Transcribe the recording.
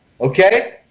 okay